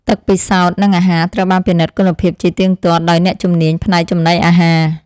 ទឹកពិសោធន៍និងអាហារត្រូវបានពិនិត្យគុណភាពជាទៀងទាត់ដោយអ្នកជំនាញផ្នែកចំណីអាហារ។